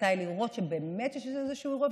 מתי לראות שבאמת יש איזשהו אירוע,